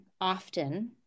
often